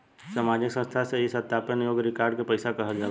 सामाजिक संस्था से ई सत्यापन योग्य रिकॉर्ड के पैसा कहल जाला